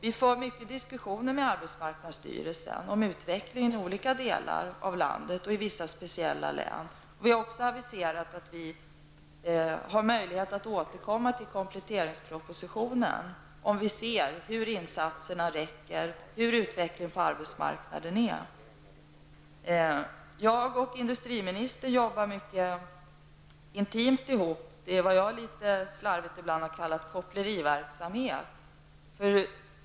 Vi för mycket ofta diskussioner med arbetsmarknadsstyrelsen om utvecklingen i olika delar av landet och i vissa speciella län. Vi har aviserat att vi får möjlighet att återkomma i kompletteringspropositionen, när vi ser hur insatserna räcker och hur utvecklingen blir på arbetsmarknaden. Jag och industriministern arbetar mycket intimt ihop -- det är vad jag ibland slarvigt har kallat koppleriverksamhet.